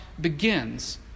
begins